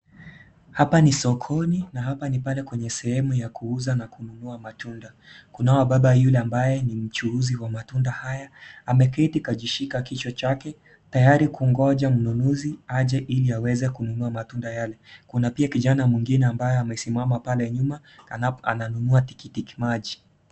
Hapa ni sokoni na hapa ni pale kwenye sehemu ya kuuza na kununua matunda. Kunao baba yule ambaye ni mchuuzi wa matunda haya. Ameketi kajishika kichwa chake, tayari kungoja mnunuzi aje ili aweze kununua matunda yale. Kuna pia kijana mwingine ambaye amesimama pale nyuma ananunua tikitimaji.